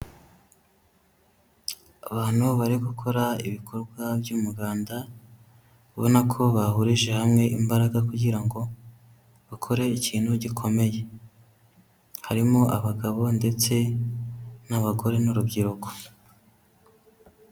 Abantu bari gukora ibikorwa by'umuganda, ubona ko bahurije hamwe imbaraga kugira ngo bakore ikintu gikomeye, harimo abagabo ndetse n'abagore n'urubyiruko.